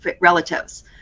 relatives